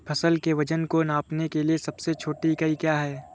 फसल के वजन को नापने के लिए सबसे छोटी इकाई क्या है?